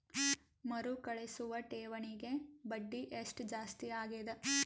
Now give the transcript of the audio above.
ಮರುಕಳಿಸುವ ಠೇವಣಿಗೆ ಬಡ್ಡಿ ಎಷ್ಟ ಜಾಸ್ತಿ ಆಗೆದ?